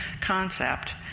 concept